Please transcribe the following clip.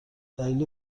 دلیلی